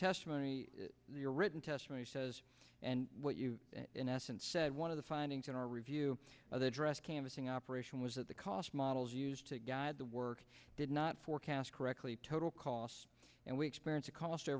testimony your written testimony says and what you in essence said one of the findings in our review of the address canvassing operation was that the cost models used to guide the work did not forecast correctly total cost and we experience a cost